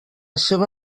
seva